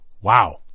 Wow